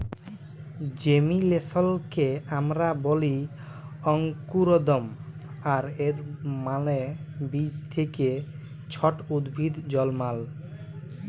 জেমিলেসলকে আমরা ব্যলি অংকুরোদগম আর এর মালে বীজ থ্যাকে ছট উদ্ভিদ জলমাল